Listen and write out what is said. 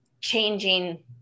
changing